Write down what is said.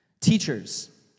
Teachers